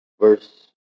Verse